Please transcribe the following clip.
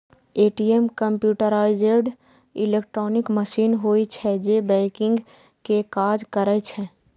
ATM computerised electronic machine होइ छै, जे बैंकिंग के काज करै छै